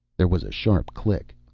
there was a sharp click.